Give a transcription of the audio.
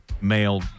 male